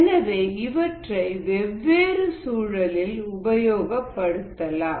எனவே இவற்றை வெவ்வேறு சூழலில் உபயோகப்படுத்தலாம்